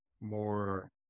more